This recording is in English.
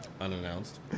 Unannounced